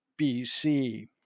BC